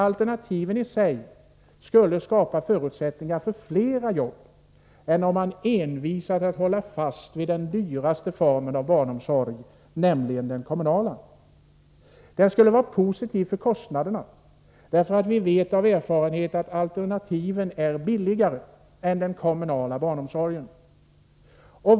Alternativen skulle i sig skapa förutsättningar för flera jobb än om man envisas med att hålla fast vid den dyraste formen av barnomsorg, nämligen den kommunala. Det skulle ha positiv effekt på kostnaderna, för vi vet av erfarenhet att alternativen är billigare än den kommunala barnomsorgen.